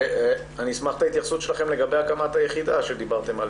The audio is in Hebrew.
אני אשמח להתייחסות שלכם לגבי הקמת היחידה עליה דיברתם.